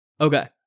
okay